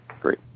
Great